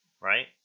Right